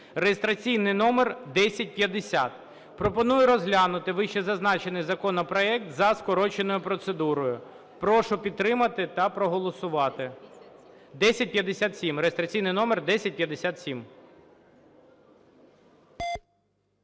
(реєстраційний номер 1050). Пропоную розглянути вищезазначений законопроект за скороченою процедурою. Прошу підтримати та проголосувати. 1057, реєстраційний номер 1057.